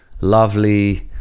lovely